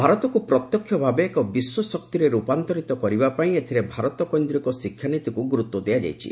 ଭାରତକୁ ପ୍ରତ୍ୟକ୍ଷ ଭାବେ ଏକ ବିଶ୍ୱ ଶକ୍ତିରେ ର୍ପାନ୍ତରିତ କରିବାପାଇଁ ଏଥିରେ ଭାରତକୈନ୍ଦ୍ରିକ ଶିକ୍ଷାନୀତିକୁ ଗୁରୁତ୍ୱ ଦିଆଯାଇଛି